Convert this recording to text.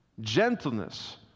gentleness